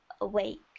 awake